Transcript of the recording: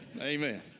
Amen